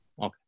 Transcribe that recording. Okay